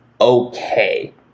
okay